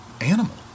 animal